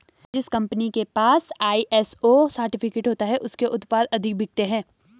जिस कंपनी के पास आई.एस.ओ सर्टिफिकेट होता है उसके उत्पाद अधिक बिकते हैं